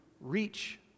reach